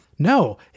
No